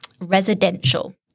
residential